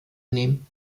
nehmen